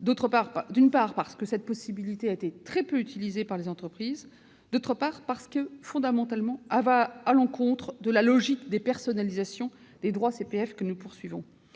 d'une part parce que cette possibilité a été très peu utilisée par les entreprises, d'autre part parce qu'elle va fondamentalement à l'encontre de la logique de personnalisation des droits à CPF que nous poursuivons.